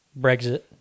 Brexit